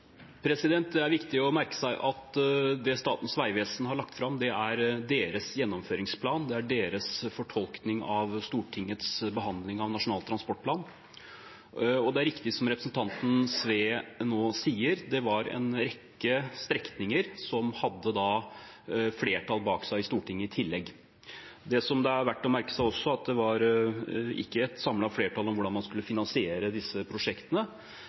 Det er viktig å merke seg at det Statens vegvesen har lagt fram, er deres gjennomføringsplan. Det er deres fortolkning av Stortingets behandling av Nasjonal transportplan. Det er riktig som representanten Sve sier nå, det var i tillegg en rekke strekninger som hadde flertall bak seg i Stortinget. Det som det også er verdt å merke seg, er at det ikke var et samlet flertall om hvordan man skulle finansiere disse prosjektene.